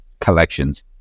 collections